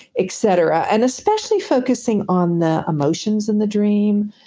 et cetera. and especially focusing on the emotions in the dream.